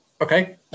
okay